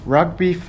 Rugby